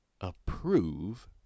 approve